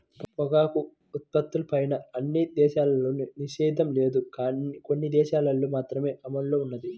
పొగాకు ఉత్పత్తులపైన అన్ని దేశాల్లోనూ నిషేధం లేదు, కొన్ని దేశాలల్లో మాత్రమే అమల్లో ఉన్నది